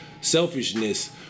selfishness